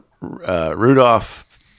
Rudolph